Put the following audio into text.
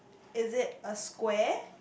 is it a square